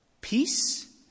peace